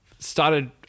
Started